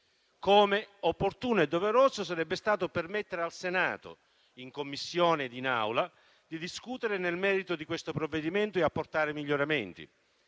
Come opportuno e doveroso sarebbe stato permettere al Senato, in Commissione e in Aula, di discutere nel merito di questo provvedimento e di apportarvi miglioramenti.